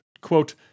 quote